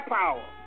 power